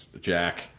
Jack